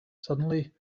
suddenly